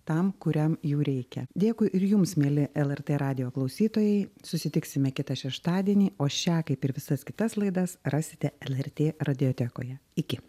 tam kuriam jų reikia dėkui ir jums mieli lrt radijo klausytojai susitiksime kitą šeštadienį o šią kaip ir visas kitas laidas rasite lrt radiotekoje iki